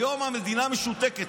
היום, המדינה משותקת.